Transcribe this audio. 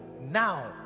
now